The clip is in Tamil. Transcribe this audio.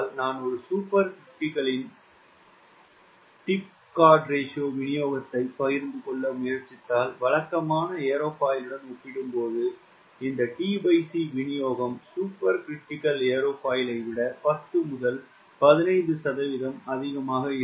நான் ஒரு சூப்பர் கிரிட்டிகலின் t c விநியோகத்தைப் பகிர்ந்து கொள்ள முயற்சித்தால் வழக்கமான ஏரோஃபாயிலுடன் ஒப்பிடும்போது நீங்கள் tc விநியோகம் சூப்பர் கிரிட்டிஸால் ஏரோஃபாயிலை விட 10 முதல் 15 சதவீதம் அதிகமாக இருக்கும்